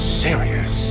serious